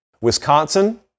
wisconsin